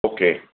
okay